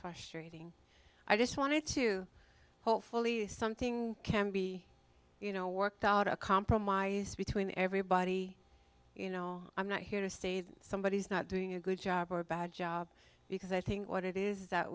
eating i just wanted to hopefully something can be you know worked out a compromise between everybody you know i'm not here to say that somebody is not doing a good job or a bad job because i think what it is that